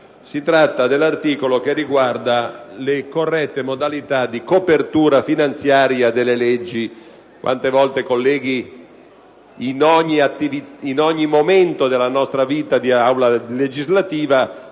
infatti, l'articolo 17 riguarda le corrette modalità di copertura finanziaria delle leggi. Onorevoli colleghi, in ogni momento della nostra vita di Assemblea legislativa